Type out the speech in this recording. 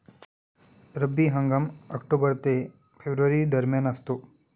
रब्बी हंगाम ऑक्टोबर ते फेब्रुवारी दरम्यान असतो